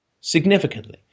significantly